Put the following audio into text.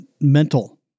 Mental